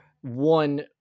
one